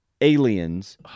aliens